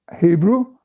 Hebrew